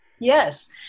Yes